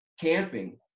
camping